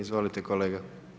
Izvolite kolega.